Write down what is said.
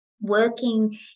Working